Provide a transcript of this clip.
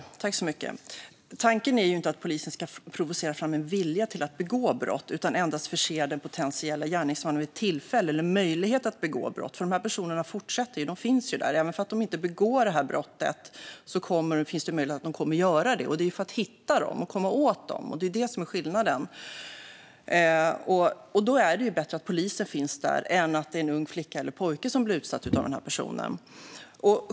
Fru talman! Tanken är inte att polisen ska provocera fram en vilja att begå brott utan endast förse den potentielle gärningsmannen med tillfälle eller möjlighet att begå brott. De här personerna fortsätter och finns ju där. Även om de inte begår sådana här brott finns det en sannolikhet att de kommer att göra det. Det här är för att hitta dem och komma åt dem, och det är det som är skillnaden. Då är det bättre att polisen finns där än att en ung flicka eller pojke blir utsatt för en sådan person.